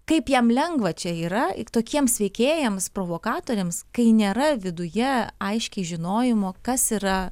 kaip jam lengva čia yra tokiems veikėjams provokatoriams kai nėra viduje aiškiai žinojimo kas yra